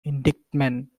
indictment